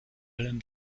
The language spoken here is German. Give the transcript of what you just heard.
allem